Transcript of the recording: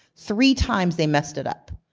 three times they messed it up,